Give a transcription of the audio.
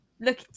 look